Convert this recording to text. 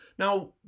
Now